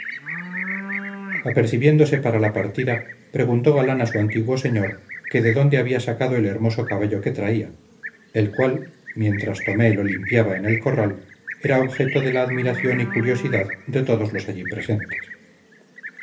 apercibiéndose para la partida preguntó galán a su antiguo señor que de dónde había sacado el hermoso caballo que traía el cual mientras tomé lo limpiaba en el corral era objeto de la admiración y curiosidad de todos los allí presentes